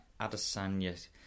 Adesanya